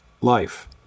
life